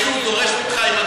דורש ממך,